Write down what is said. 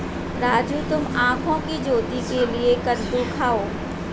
राजू तुम आंखों की ज्योति के लिए कद्दू खाओ